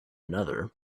another